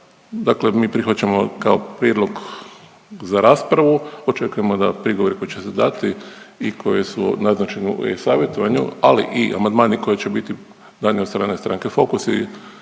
dakle mi prihvaćamo kao prijedlog za raspravu, očekujemo da prigovori koji će se dati i koji su naznačeni u e-savjetovanju ali i amandmani koji će biti dani od strane stranke Fokus i